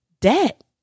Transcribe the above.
Debt